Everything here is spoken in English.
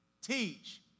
Teach